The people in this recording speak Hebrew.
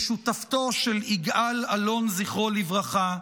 כשותפתו של יגאל אלון, זכרו לברכה,